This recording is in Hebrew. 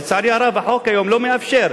לצערי הרב, החוק היום לא מאפשר,